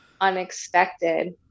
unexpected